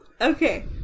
Okay